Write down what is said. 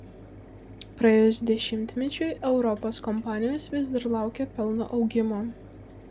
praėjus dešimtmečiui europos kompanijos vis dar laukia pelno augimo